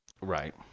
Right